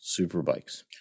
superbikes